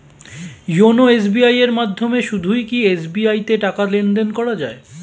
YONO SBI এর মাধ্যমে শুধুই কি এস.বি.আই তে টাকা লেনদেন করা যায়?